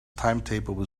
timetable